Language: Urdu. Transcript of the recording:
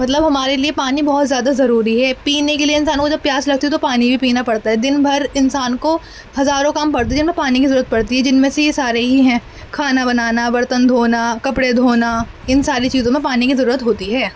مطلب ہمارے لیے پانی بہت زیادہ ضروری ہے پینے کے لیے انسان کو جب پیاس لگتی ہے تو پانی بھی پینا پڑتا ہے دن بھر انسان کو ہزاروں کام پڑتے ہے جن میں پانی کی ضرورت پڑتی ہے جن میں سے یہ سارے ہی ہیں کھانا بنانا برتن دھونا کپڑے دھونا ان ساری چیزوں میں پانی کی ضرورت ہوتی ہے